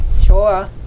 Sure